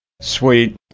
Sweet